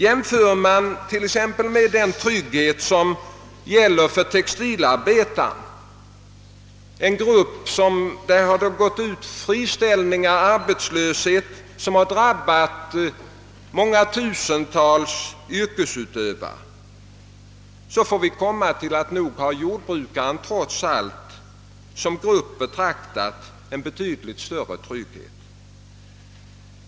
Jämför man t.ex. med den trygghet som gäller för textilarbetare, en grupp där friställningar och arbetslöshet har drabbat tusentals yrkesutövare, finner man att jordbrukarna trots allt som grupp betraktade har en betydligt större trygghet.